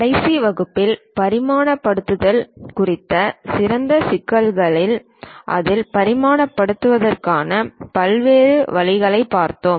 கடைசி வகுப்பில் பரிமாணப்படுத்துதல் குறித்த சிறப்பு சிக்கல்களில் அதை பரிமாணப்படுத்துவதற்கான பல்வேறு வழிகளைப் பார்த்தோம்